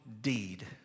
deed